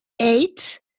eight